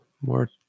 more